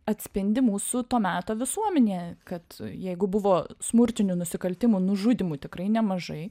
atspindi mūsų to meto visuomenę kad jeigu buvo smurtinių nusikaltimų nužudymų tikrai nemažai